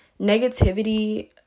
negativity